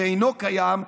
שאינו קיים,